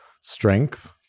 strength